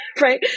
right